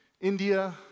India